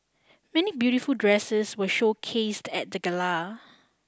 many beautiful dresses were showcased at the gala